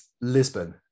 Lisbon